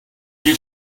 did